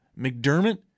McDermott